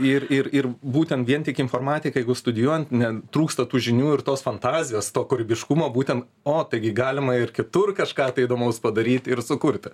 ir ir ir būtent vien tik informatikai studijuojant netrūksta tų žinių ir tos fantazijos kūrybiškumo būtent o taigi galima ir kitur kažką tai įdomaus padaryt ir sukurti